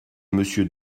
monsieur